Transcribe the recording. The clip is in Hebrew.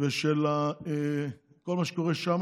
וכל מה שקורה שם.